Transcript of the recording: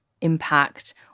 impact